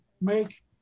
make